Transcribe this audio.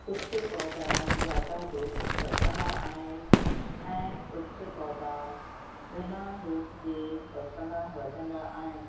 कुझु पौधा ज़्यादा धूप वठंदा आहिनि ऐं कुझु पौधा बिना धूप जे वसंदा वधंदा आहिनि